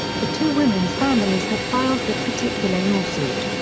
the two women's families had filed that particular lawsuit.